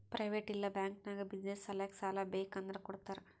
private ಇಲ್ಲಾ bank ನಾಗ್ business ಸಲ್ಯಾಕ್ ಸಾಲಾ ಬೇಕ್ ಅಂದುರ್ ಕೊಡ್ತಾರ್